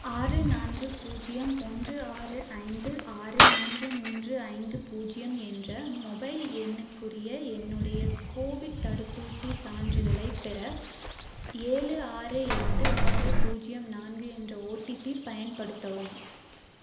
ஆறு நான்கு பூஜ்ஜியம் ஒன்று ஆறு ஐந்து ஆறு மூன்று மூன்று ஐந்து பூஜ்ஜியம் என்ற மொபைல் எண்ணுக்குரிய என்னுடைய கோவிட் தடுப்பூசிச் சான்றிதழைப் பெற ஏழு ஆறு எட்டு ஆறு பூஜ்ஜியம் நான்கு என்ற ஓடிபி பயன்படுத்தவும்